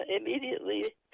immediately